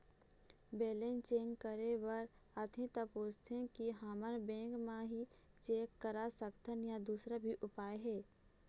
Balance check करे बर आथे ता पूछथें की हमन बैंक मा ही चेक करा सकथन या दुसर भी उपाय हे?